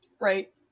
Right